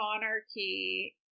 monarchy